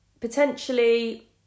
Potentially